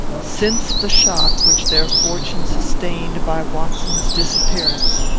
since the shock which their fortune sustained by watson's disappearance,